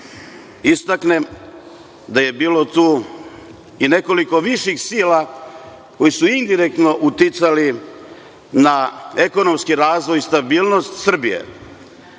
istaknem je da je bilo tu i nekoliko viših sila koje su indirektno uticale na ekonomski razvoj i stabilnost Srbije,